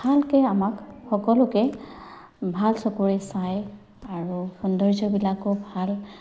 ভালকে আমাক সকলোকে ভাল চকুৰে চায় আৰু সৌন্দৰ্যবিলাকো ভাল